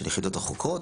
של היחידות החוקרות,